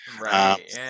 Right